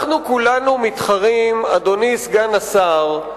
אדוני סגן השר,